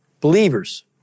believers